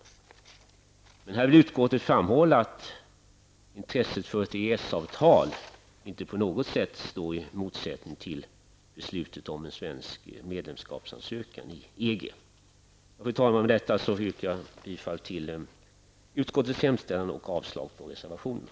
Utskottet vill här framhålla att intresset för ett EES-avtal inte på något sätt står i någon motsättning mot beslutet om svensk ansökan om medlemskap i EG. Jag yrkar bifall till utskottets hemställan och avslag på reservationerna.